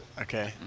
Okay